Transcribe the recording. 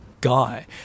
guy